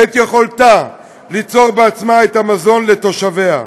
וליכולתה ליצור בעצמה את המזון לתושביה.